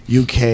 UK